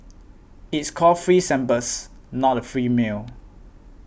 it's called free samples not a free meal